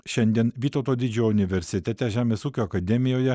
šiandien vytauto didžiojo universitete žemės ūkio akademijoje